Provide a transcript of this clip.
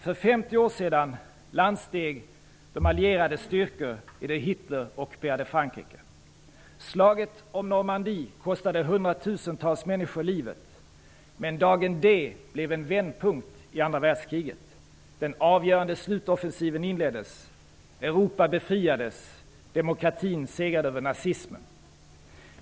För 50 år sedan landsteg de allierades styrkor i det Hitlerockuperade Frankrike. Slaget om Normandie kostade hundratusentals människor livet, men Dagen D blev en vändpunkt i andra världskriget. Den avgörande slutoffensiven inleddes, Europa befriades och demokratin segrade över nazismen.